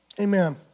Amen